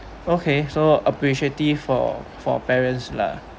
okay so appreciative for for parents lah